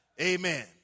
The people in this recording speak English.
Amen